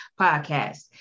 podcast